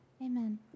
Amen